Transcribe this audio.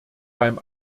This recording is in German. beim